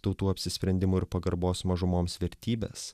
tautų apsisprendimo ir pagarbos mažumoms vertybes